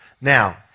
Now